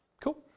Cool